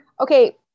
Okay